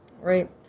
Right